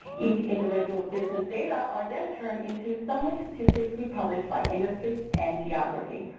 each individual business' data are then turned into summary statistics we publish by industry and geography.